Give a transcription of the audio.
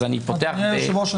אדוני היושב ראש,